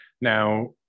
Now